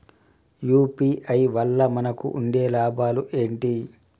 UPI వల్ల మనకు ఉండే లాభాలు ఏంటి?